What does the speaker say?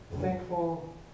thankful